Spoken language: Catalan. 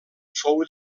fou